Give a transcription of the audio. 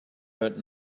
heard